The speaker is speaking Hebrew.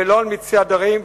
לא על מיצי הדרים,